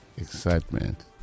Excitement